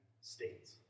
states